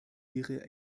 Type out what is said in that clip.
ihre